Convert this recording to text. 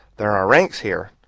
there are ranks, here.